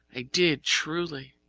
i did truly.